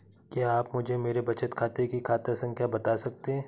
क्या आप मुझे मेरे बचत खाते की खाता संख्या बता सकते हैं?